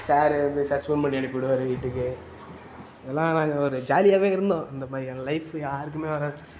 sir வந்து suspend பண்ணி அனுப்பிவிடுவாரு வீட்டுக்கு எல்லாம் நாங்கள் ஒரு ஜாலியாகவே இருந்தோம் அந்த மாதிரியான லைஃப்பு யாருக்குமே வராது